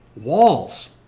walls